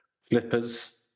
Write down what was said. Flippers